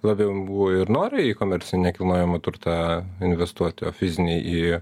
labiau buvo ir nori į komercinį nekilnojamą turtą investuoti o fiziniai į